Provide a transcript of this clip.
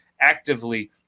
actively